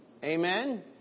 Amen